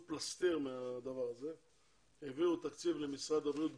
המסקנות הונחו על שולחן הכנסת ב-6 ביולי